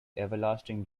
everlasting